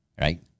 Right